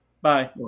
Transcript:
Bye